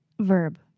Verb